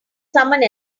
someone